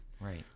Right